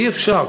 אי-אפשר,